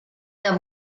der